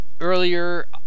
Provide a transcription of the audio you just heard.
earlier